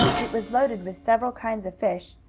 it was loaded with several kinds of fish,